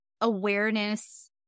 awareness